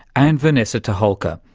and vanessa toholka,